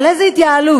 על איזו התייעלות?